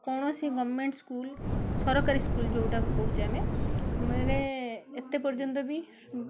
କୌଣସି government school ସରକାରୀ school ଯୋଉଟା କୁ କହୁଛେ ଆମେ ମାନେ ଏତେ ପର୍ଯ୍ୟନ୍ତ ବି